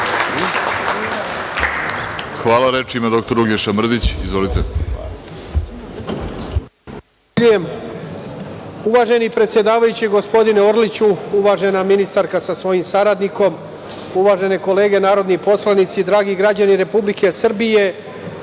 Hvala. Reč ima dr Uglješa Mrdić. Izvolite. **Uglješa Mrdić** Uvaženi predsedavajući, gospodine Orliću, uvažena ministarka sa svojim saradnikom, uvažene kolege narodni poslanici, dragi građani Republike Srbije,